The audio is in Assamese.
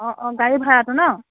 অ অ গাড়ী ভাড়াটো ন'